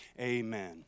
Amen